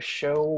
show